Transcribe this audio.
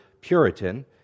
Puritan